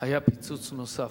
היה פיצוץ נוסף,